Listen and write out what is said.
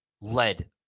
lead